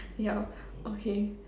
yeah okay